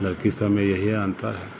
लड़कीसबमे इएह अन्तर हइ